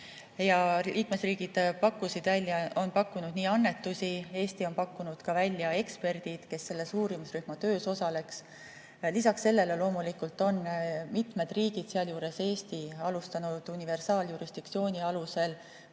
Liikmesriigid on pakkunud annetusi. Eesti on pakkunud välja ka eksperdid, kes selles uurimisrühma töös osaleks. Lisaks sellele loomulikult on mitmed riigid, sealhulgas Eesti, alustanud universaaljurisdiktsiooni alusel